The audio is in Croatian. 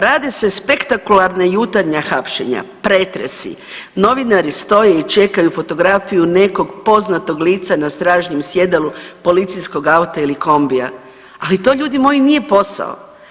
Rade se spektakularna jutarnja hapšenja, pretresi, novinari stoje i čekaju fotografiju nekog poznatog lica na stražnjem sjedalu policijskog auta ili kombija, ali to ljudi moji nije posao.